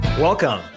Welcome